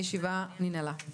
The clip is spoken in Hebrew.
הישיבה נעולה.